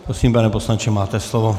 Prosím, pane poslanče, máte slovo.